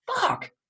fuck